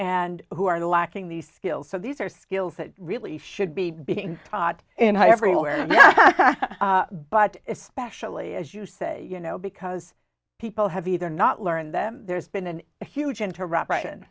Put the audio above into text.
and who are lacking these skills so these are skills that really should be being taught in high everywhere but especially as you say you know because people have either not learned them there's been an a huge interrupt